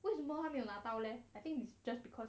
为什么还没有拿到 leh I think it's just because